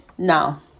Now